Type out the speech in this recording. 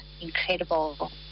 incredible